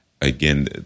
again